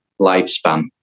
lifespan